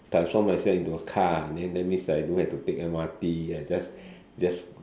transform myself into a car then that means I don't have to take M_R_T I just just